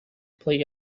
play